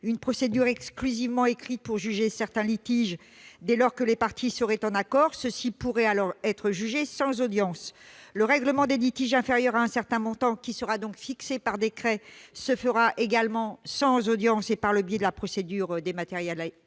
d'une procédure exclusivement écrite pour juger certains litiges dès lors que les parties seraient en accord. Ceux-ci pourraient alors être jugés sans audience. Le règlement des litiges inférieurs à un certain montant, qui sera donc fixé par décret, se ferait également sans audience par le biais de la procédure dématérialisée.